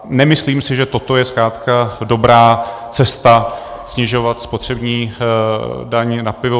Nemyslím si, že toto je zkrátka dobrá cesta, snižovat spotřební daň na pivo.